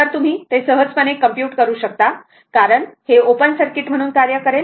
तर तुम्ही ते सहजपणे कम्प्युट करू शकता कारण हे ओपन सर्किट म्हणून कार्य करेल